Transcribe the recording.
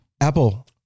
Apple